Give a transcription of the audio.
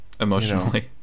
Emotionally